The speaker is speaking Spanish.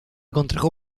contrajo